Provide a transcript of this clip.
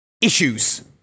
issues